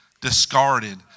discarded